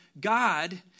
God